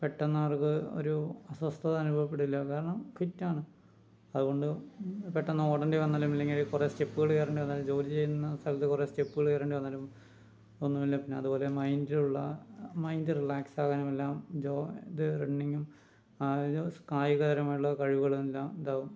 പെട്ടെന്നവർക്ക് ഒരു അസ്വസ്ഥത അനുഭവപ്പെടില്ല കാരണം ഫിറ്റാണ് അതുകൊണ്ട് പെട്ടെന്ന് ഓടേണ്ടി വന്നാലും ഇല്ലെങ്കിൽ കുറേ സ്റ്റെപ്പുകൾ കയറേണ്ടി വന്നാലും ജോലി ചെയ്യുന്ന സ്ഥലത്ത് കുറേ സ്റ്റെപ്പുകൾ കയറേണ്ടി വന്നാലും ഒന്നുമില്ല പിന്നെ അതുപോലെ മൈൻ്റിലുള്ള മൈൻ്റ് റിലാക്സാകാനുമെല്ലാം ജോ ഇത് റണ്ണിങ്ങും കായികപരമായിട്ടുള്ള കഴിവുകളും എല്ലാം ഇതാകും